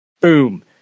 Boom